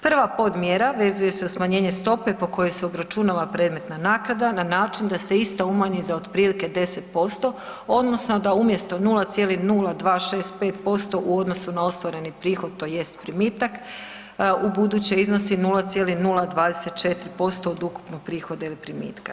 Prva podmjera vezuje se uz smanjenje stope po kojoj se obračunava predmetna naknada na način da se ista umanji za otprilike 10% odnosno da umjesto 0,0265% u odnosu na ostvareni prihod tj. primitak ubuduće iznosi 0,024% od ukupnog prihoda ili primitka.